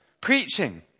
preaching